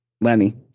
Lenny